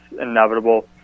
inevitable